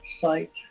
site